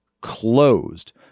closed